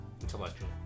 intellectual